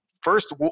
First